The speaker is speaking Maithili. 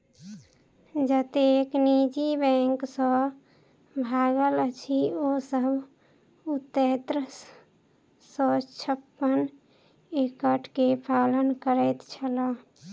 जतेक निजी बैंक सब भागल अछि, ओ सब उन्नैस सौ छप्पन एक्ट के पालन करैत छल